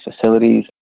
facilities